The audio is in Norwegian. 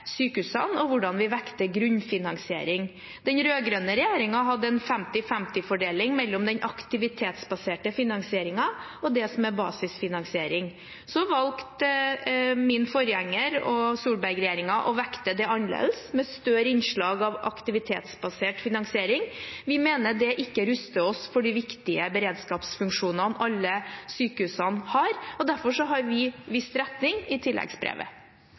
sykehusene, og hvordan vi vekter grunnfinansiering. Den rød-grønne regjeringen hadde en femti-femti-fordeling mellom den aktivitetsbaserte finansieringen og det som er basisfinansiering. Så valgte min forgjenger og Solberg-regjeringen å vekte det annerledes, med større innslag av aktivitetsbasert finansiering. Vi mener det ikke ruster oss for de viktige beredskapsfunksjonene alle sykehusene har, og derfor har vi vist retning i tilleggsbrevet.